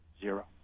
Zero